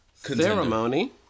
Ceremony